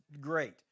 great